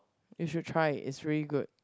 you should try is really good